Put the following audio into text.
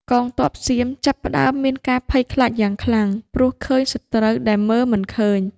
កងទ័ពសៀមចាប់ផ្ដើមមានការភ័យខ្លាចយ៉ាងខ្លាំង ព្រោះឃើញសត្រូវដែលមើលមិនឃើញ។